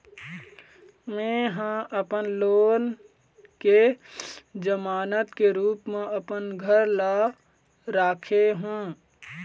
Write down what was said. में ह लोन के जमानत के रूप म अपन घर ला राखे हों